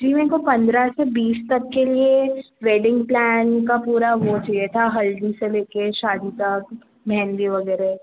जी मेरे को पंद्रह से बीस तक के लिए वेडिंग प्लान का पूरा वो चाहिए था हल्दी से ले कर शादी तक मेहंदी वगैरह